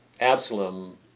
Absalom